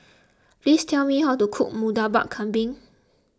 please tell me how to cook Murtabak Kambing